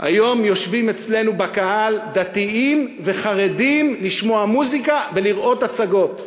יושבים אצלנו בקהל דתיים וחרדים לשמוע מוזיקה ולראות הצגות,